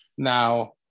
Now